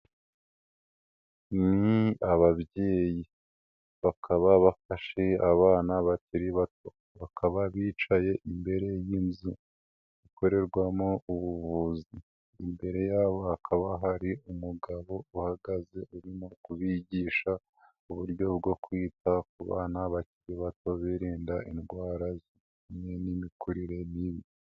Ni ababyeyi bakaba bafashe abana bakiri bato, bakaba bicaye imbere y'inzu ikorerwamo ubuvuzi, imbere y'abo hakaba hari umugabo uhagaze urimo kubigisha uburyo bwo kwita ku bana bakiri bato birinda indwara zijyanye n'imikurire mibi.